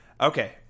Okay